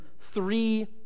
three